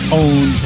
own